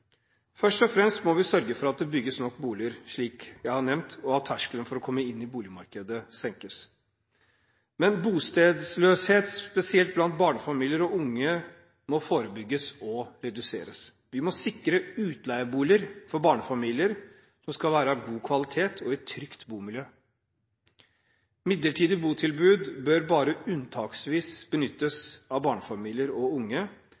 Først og fremst må vi sørge for at det bygges nok boliger, slik jeg har nevnt, og at terskelen for å komme inn i boligmarkedet senkes. Bostedsløshet, spesielt blant barnefamilier og unge, må forebygges og reduseres. Vi må sikre utleieboliger som er av god kvalitet og i et trygt bomiljø for barnefamilier. Midlertidige botilbud bør bare unntaksvis benyttes av barnefamilier og unge,